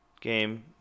game